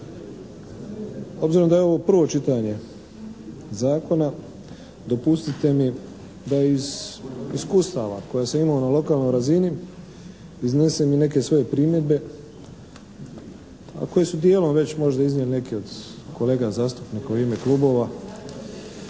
Obzirom da je ovo prvo čitanje zakona dopustite mi da iz iskustava koja sam imao na lokalnoj razini iznesem i neke svoje primjedbe, a koje su dijelom već možda iznijeli neki od kolega zastupnika u ime klubova.